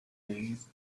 days